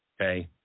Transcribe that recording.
okay